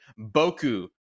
Boku